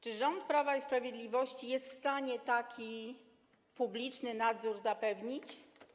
Czy rząd Prawa i Sprawiedliwości jest w stanie taki publiczny nadzór zapewnić?